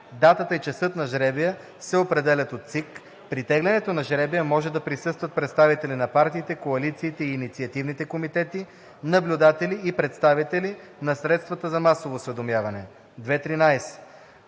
Датата и часът на жребия се определят от ЦИК. При тегленето на жребия може да присъстват представители на партиите, коалициите и инициативните комитети, наблюдатели и представители на